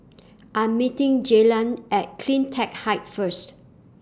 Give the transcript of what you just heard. I Am meeting Jaylan At CleanTech Height First